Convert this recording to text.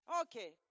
Okay